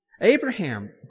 Abraham